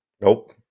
Nope